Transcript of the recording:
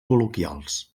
col·loquials